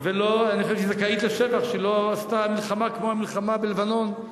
אני חושב שהיא זכאית לשבח שהיא לא עשתה מלחמה כמו המלחמה בלבנון,